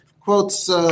Quotes